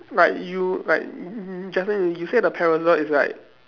but you but you just now you you said the parasol is like